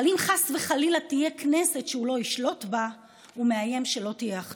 אבל אם חס וחלילה תהיה כנסת שהוא לא ישלוט בה הוא מאיים שלא תהיה אחדות,